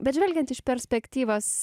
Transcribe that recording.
bet žvelgiant iš perspektyvos